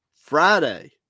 Friday